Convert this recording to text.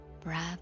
breath